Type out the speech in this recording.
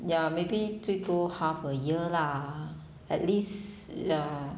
ya maybe 最多 half a year lah at least ya